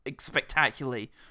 spectacularly